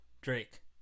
Drake